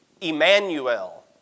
Emmanuel